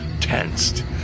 tensed